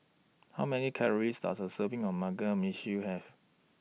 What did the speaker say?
How Many Calories Does A Serving of Mugi Meshi Have